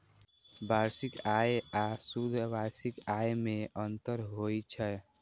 वार्षिक आय आ शुद्ध वार्षिक आय मे अंतर होइ छै